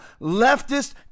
leftist